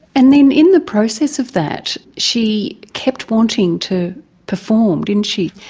and then in the process of that she kept wanting to perform didn't she,